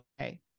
Okay